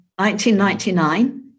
1999